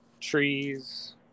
trees